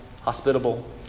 hospitable